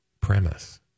premise